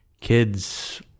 Kids